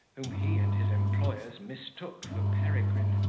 whom he and his employers mistook for peregrine.